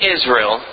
Israel